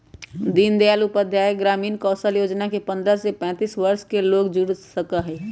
दीन दयाल उपाध्याय ग्रामीण कौशल योजना से पंद्रह से पैतींस वर्ष के लोग जुड़ सका हई